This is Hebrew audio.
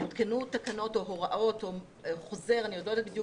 שיותקנו תקנות או הוראות או חוזר אני עוד לא יודעת בדיוק